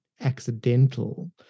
accidental